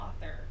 author